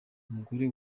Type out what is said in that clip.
umugore